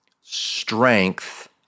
strength